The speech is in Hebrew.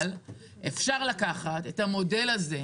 אבל אפשר לקחת את המודל הזה